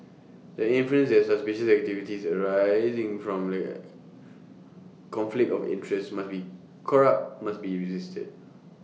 the inference that suspicious activities arising from A conflict of interest must be corrupt must be resisted